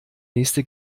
nächste